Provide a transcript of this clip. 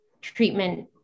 treatment